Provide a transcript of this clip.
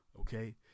Okay